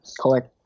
collect